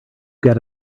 get